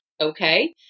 okay